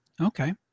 okay